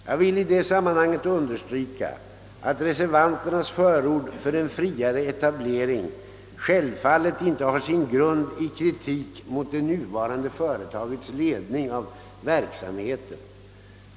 Jag vill i det sammanhanget understryka, att reservanternas förord för en friare etablering självfallet inte har sin grund i kritik mot det nuvarande företagets ledning av verksamheten.